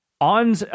on